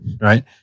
Right